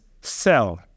cell